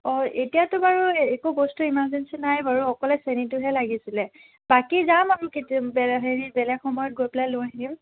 অ' এতিয়াটো বাৰু একো বস্তু ইমাৰ্জেঞ্চি নাই বাৰু অকলে চেনীটোহে লাগিছিলে বাকী যাম আৰু কেতিয়া হেৰি বেলেগ সময়ত গৈ পেলাই লৈ আহিম